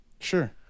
Sure